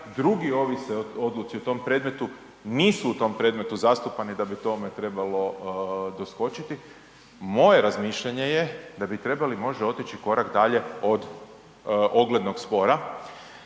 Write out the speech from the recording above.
drugi ovise o odluci o tom predmetu, nisu u tom predmetu zastupani da bi tome trebalo doskočiti. Moje razmišljanje je da bi trebali možda otići korak dalje, od oglednog spora